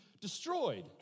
destroyed